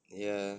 ya